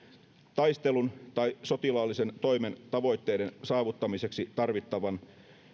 taistelun tai sotilaallisen toimen tavoitteiden saavuttamiseksi tarvittavan